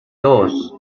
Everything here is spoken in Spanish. dos